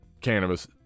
cannabis